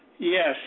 Yes